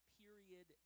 period